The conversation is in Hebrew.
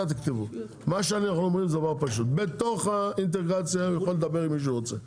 פשוט, בתוך האינטגרציה יכול לדבר עם מי שהוא רוצה,